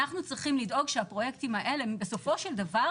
אנחנו צריכים לדאוג שהפרויקטים האלה בסופו של דבר